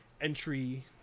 entry